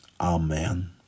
Amen